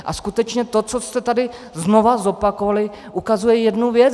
A skutečně to, co jste tady znovu zopakovali, ukazuje jednu věc.